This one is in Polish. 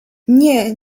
nie